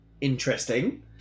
interesting